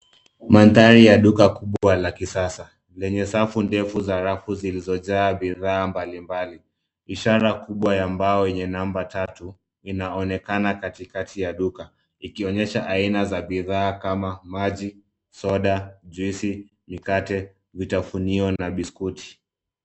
Mandhari ya duka kubwa la kisasa lenye safu ndefu za rafu zilizojaa bidhaa mbalimbali. Ishara kubwa ya mbao yenye numba tatu inaonekana katikati ya duka, ikionyesha aina za bidhaa kama; maji, soda, juisi mikate, vitafunio na biskuti.